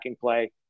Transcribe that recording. play